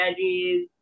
veggies